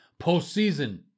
postseason